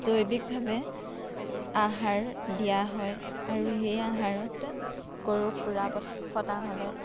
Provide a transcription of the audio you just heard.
জৈৱিকভাৱে আহাৰ দিয়া হয় আৰু সেই আহাৰত গৰুৰ খুৰা ফঠা ফটা হ'লে